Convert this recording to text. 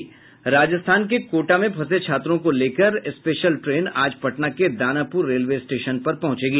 ाजस्थान के कोटा में फंसे छात्र को लेकर स्पेशल ट्रेन आज पटना के दानापुर रेलवे स्टेशन पर पहुंचेगी